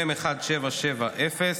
מ/1770.